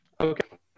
Okay